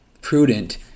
prudent